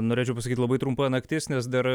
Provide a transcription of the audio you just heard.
norėčiau pasakyt labai trumpa naktis nes dar